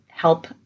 Help